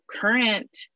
current